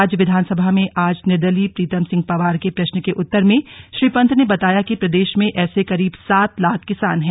राज्य विधानसभा में आज निर्दलीय प्रीतम सिंह पंवार के प्रश्न के उत्तर में श्री पंत ने बताया कि प्रदेश में ऐसे करीब सात लाख किसान हैं